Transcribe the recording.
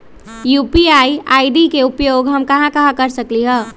UPI ID के उपयोग हम कहां कहां कर सकली ह?